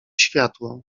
światło